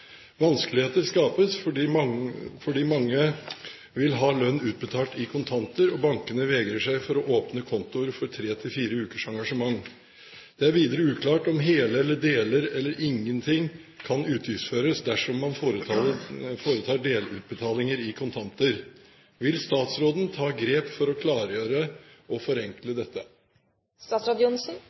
Vanskeligheter skapes fordi mange vil ha lønn utbetalt i kontanter og bankene vegrer seg for å åpne kontoer for 3–4 ukers engasjement. Det er videre uklart om hele eller deler eller ingenting kan utgiftsføres dersom man foretar delutbetalinger i kontanter. Vil statsråden ta grep for å klargjøre og forenkle